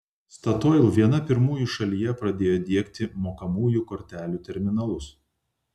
statoil viena pirmųjų šalyje pradėjo diegti mokamųjų kortelių terminalus